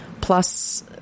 plus